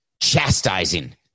chastising